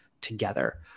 together